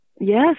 Yes